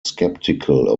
skeptical